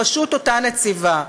בראשות אותה נציבה.